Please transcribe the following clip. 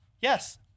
Yes